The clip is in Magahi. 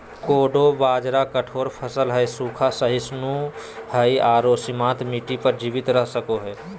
कोडो बाजरा कठोर फसल हइ, सूखा, सहिष्णु हइ आरो सीमांत मिट्टी पर जीवित रह सको हइ